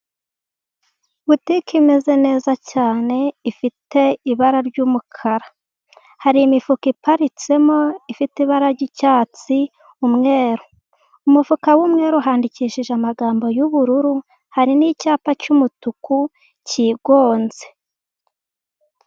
Butike imeze neza cyane ifite ibara ry'umukara hari imifuka iparitsemo ifite ibara ry'icyatsi umweru. Umufuka w'umweru handikishije amagambo y'ubururu hari n'icyapa cy'umutuku kigonze.